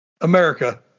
America